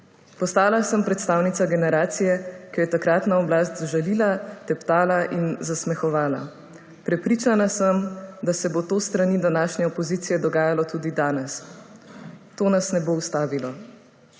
Postala sem predstavnica generacije, ki jo je takratna oblast žalila, teptala in zasmehovala. Prepričana sem, da se bo to s strani današnje opozicije dogajalo tudi danes. To nas ne bo ustavilo.